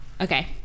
Okay